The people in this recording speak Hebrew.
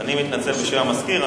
אני מתנצל בשם המזכיר.